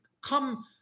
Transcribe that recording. come